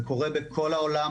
זה קורה בכל העולם.